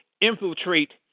infiltrate